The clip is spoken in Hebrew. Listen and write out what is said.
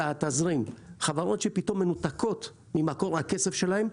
אלא התזרים: חברות שפתאום מנותקות ממקור הכסף שלהן,